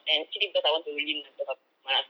and actually because I want to lean ah because I malas